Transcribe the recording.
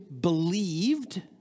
believed